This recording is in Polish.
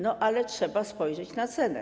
No ale trzeba spojrzeć na cenę.